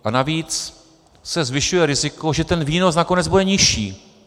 A navíc se zvyšuje riziko, že ten výnos nakonec bude nižší.